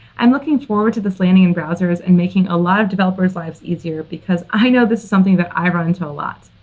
i'm looking forward to this landing in browsers and making a lot of developers' lives easier, because i know this is something that i run into a lot.